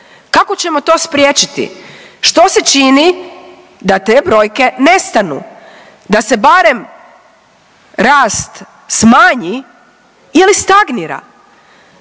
Kako ćemo to spriječiti? Što se čini da te brojke nestanu da se barem rast smanji ili stagnira?